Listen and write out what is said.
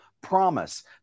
promise